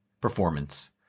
performance